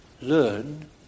learn